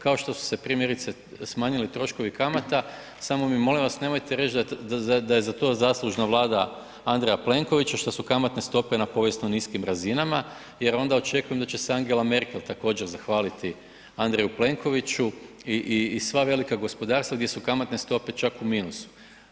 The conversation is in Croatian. Kao što su se primjerice smanjili troškovi kamata samo mi molim vas nemojte reći da je za to zaslužna Vlada Andreja Plenkovića što su kamatne stope na povijesno niskim razinama jer onda očekujem da će se Angela Merkel također zahvaliti Andreju Plenkoviću i sva velika gospodarstva gdje su kamatne stope čak u minusu.